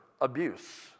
abuse